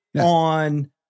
on